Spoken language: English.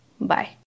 bye